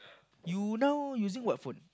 you now using what phone